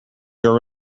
were